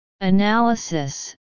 Analysis